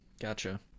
gotcha